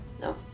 No